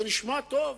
קרקעות